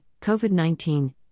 COVID-19